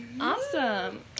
Awesome